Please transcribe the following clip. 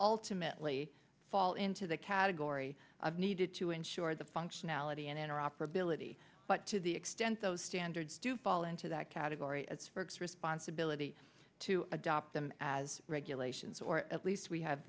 ultimately fall into the category of needed to ensure the functionality and interoperability but to the extent those standards do fall into that category as for express ponse ability to adopt them as regulations or at least we have